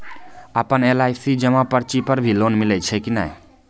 आपन एल.आई.सी जमा पर्ची पर भी लोन मिलै छै कि नै?